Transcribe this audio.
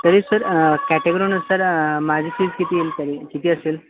तरी सर कॅटेग्रोनुसार माझी फीज किती येईल तरी किती असेल